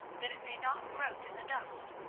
that it may not grope in the dust.